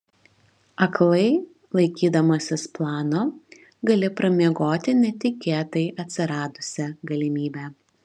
aklai laikydamasis plano gali pramiegoti netikėtai atsiradusią galimybę